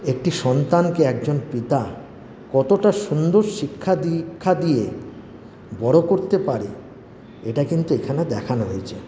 একটি সন্তানকে একজন পিতা কতটা সুন্দর শিক্ষা দীক্ষা দিয়ে বড়ো করতে পারে এটা কিন্তু এখানে দেখানো হয়েছে